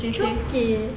twelve K